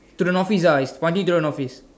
to the north east ah it's pointing to the north east